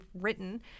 written